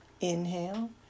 Inhale